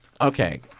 Okay